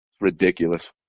Ridiculous